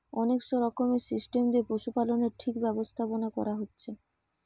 অনেক রকমের সিস্টেম দিয়ে পশুপালনের ঠিক ব্যবস্থাপোনা কোরা হচ্ছে